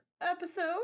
episode